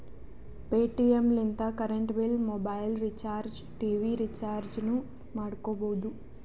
Paytm ಲಿಂತ current bill, mobile recharge, TV ರಿಚಾರ್ಜನೂ ಮಾಡ್ಕೋಬೋದು